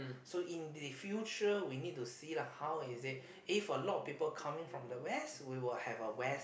so in the future we need to see lah how is it if a lot of people coming from the west we will have a west